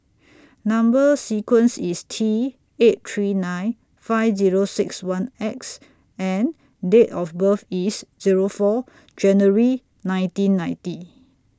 Number sequence IS T eight three nine five Zero six one X and Date of birth IS Zero four January nineteen ninety